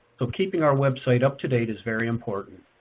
so keeping our website up to date is very important.